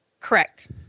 Correct